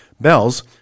Bells